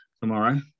tomorrow